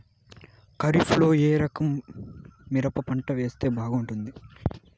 ఖరీఫ్ లో ఏ రకము మిరప పంట వేస్తే బాగుంటుంది